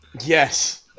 Yes